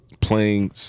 playing